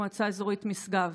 מועצה אזורית משגב.